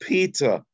Peter